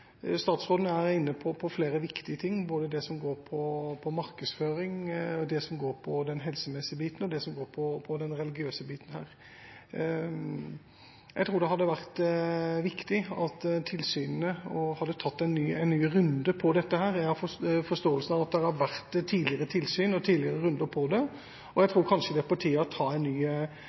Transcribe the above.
Statsråden er inne på flere viktige ting: markedsføring, den helsemessige siden og den religiøse siden. Jeg tror det hadde vært viktig at tilsynene hadde tatt en ny runde på dette. Jeg forstår det slik at det har vært tilsyn og runder på dette tidligere, og jeg tror det kanskje er på tide å ta en ny